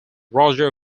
roger